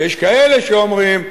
יש כאלה שאומרים: